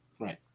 Right